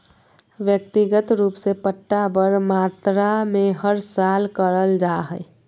व्यक्तिगत रूप से पट्टा बड़ मात्रा मे हर साल करल जा हय